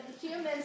humans